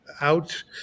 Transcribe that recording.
out